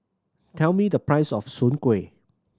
tell me the price of Soon Kueh